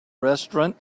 restaurant